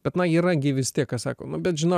bet na yra gi vis tiek kas sako nu bet žinok